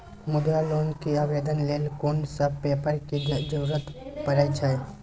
मुद्रा लोन के आवेदन लेल कोन सब पेपर के जरूरत परै छै?